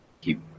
keep